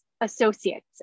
associates